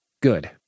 Good